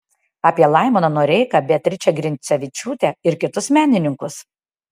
apie laimoną noreiką beatričę grincevičiūtę ir kitus menininkus